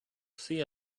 see